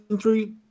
three